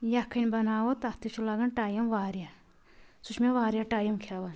یَکھٕنۍ بَناوو تَتھ تہِ چھُ لَگان ٹایم واریاہ سُہ چھُ مےٚ واریاہ ٹایم کھیٚوان